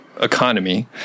economy